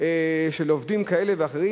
של עובדים כאלה ואחרים,